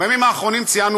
בימים האחרונים ציינו,